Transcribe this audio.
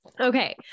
Okay